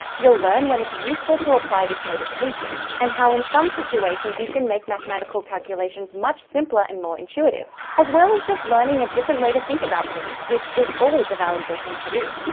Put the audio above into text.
you'll learn when it's useful to apply this mode of thinking and how in some situations you can make mathematical calculations much simpler and more intuitive as well as just learning a different way to think about things which is always a valuable thing to do.